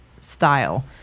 style